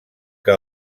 que